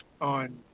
on